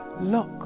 Look